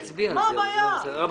מה הבעיה?